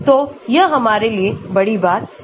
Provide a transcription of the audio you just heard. तो यह हमारे लिए बड़ी बात नहीं है